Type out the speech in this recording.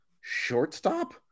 shortstop